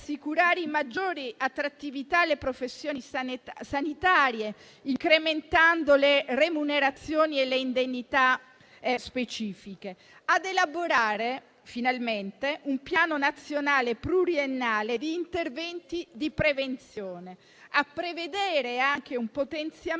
per assicurare maggiori attrattività alle professioni sanitarie incrementando le remunerazioni e le indennità specifiche; ad elaborare finalmente un piano nazionale pluriennale di interventi di prevenzione; a prevedere anche un piano